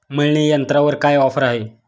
मळणी यंत्रावर काय ऑफर आहे?